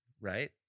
Right